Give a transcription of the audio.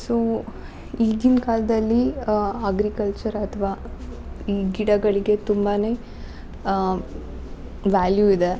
so ಈಗಿನ ಕಾಲದಲ್ಲಿ agriculture ಅಥ್ವಾ ಈ ಗಿಡಗಳಿಗೆ ತುಂಬನೇ ವ್ಯಾಲ್ಯು ಇದೆ